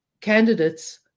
candidates